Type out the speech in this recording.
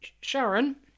Sharon